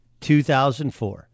2004